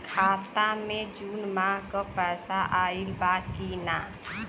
खाता मे जून माह क पैसा आईल बा की ना?